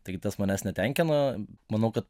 taigi tas manęs netenkino manau kad